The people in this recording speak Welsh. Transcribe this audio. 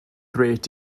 grêt